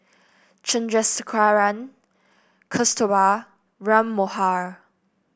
Chandrasekaran Kasturba Ram Manohar